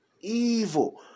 evil